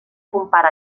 compara